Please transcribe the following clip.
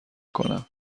کنم